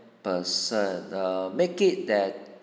person err make it that